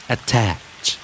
Attach